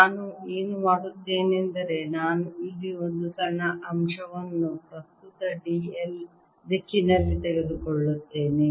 ನಾನು ಏನು ಮಾಡುತ್ತೇನೆಂದರೆ ನಾನು ಇಲ್ಲಿ ಒಂದು ಸಣ್ಣ ಅಂಶವನ್ನು ಪ್ರಸ್ತುತ d l ದಿಕ್ಕಿನಲ್ಲಿ ತೆಗೆದುಕೊಳ್ಳುತ್ತೇನೆ